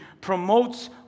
promotes